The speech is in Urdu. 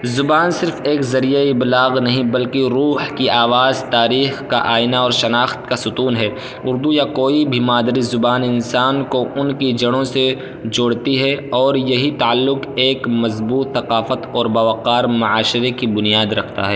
زبان صرف ایک ذریعہ ابلاغ نہیں بلکہ روح کی آواز تاریخ کا آئینہ اور شناخت کا ستون ہے اردو یا کوئی بھی مادری زبان انسان کو ان کی جڑوں سے جوڑتی ہے اور یہی تعلق ایک مضبوط ثقافت اور باوقار معاشرے کی بنیاد رکھتا ہے